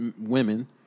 women